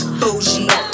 bougie